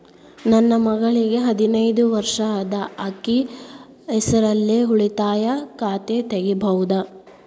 ನನ್ನ ಮಗಳಿಗೆ ಹದಿನೈದು ವರ್ಷ ಅದ ಅಕ್ಕಿ ಹೆಸರಲ್ಲೇ ಉಳಿತಾಯ ಖಾತೆ ತೆಗೆಯಬಹುದಾ?